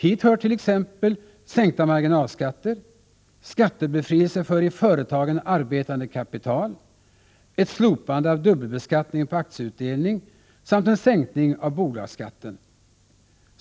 Hit hör t.ex. sänkta marginalskatter, skattebefrielse för i företagen arbetande kapital, ett slopande av dubbelbeskattningen på aktieutdelning samt en sänkning av bolagsskatten.